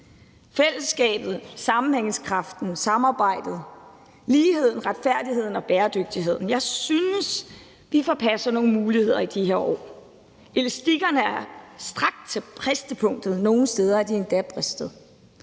fællesskabet, sammenhængskraften, samarbejdet, ligheden, retfærdigheden og bæredygtigheden synes jeg, at vi forpasser nogle muligheder i de her år. Elastikkerne er strakt til bristepunktet, og nogle steder er de endda bristet.